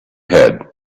head